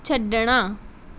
ਛੱਡਣਾ